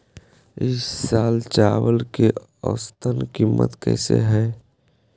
ई साल चावल के औसतन कीमत कैसे हई?